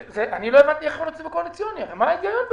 אני לא הבנתי איך זה בכספים הקואליציוניים ומה ההיגיון בזה.